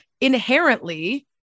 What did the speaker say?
inherently